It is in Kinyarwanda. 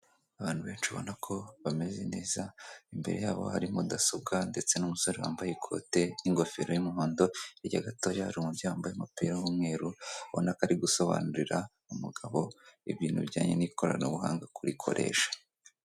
Abantu benshi ubona ko bameze neza, imbere yabo hari mudasobwa ndetse n'umusore wambaye ikote n'ingofero y'umuhondo, hirya gatoya hari umubyeyi wambaye umupira w'umweru ubona ko ari gusobanurira umugabo ibintu bijyanye n'ikoranabuhanga kurikoresha.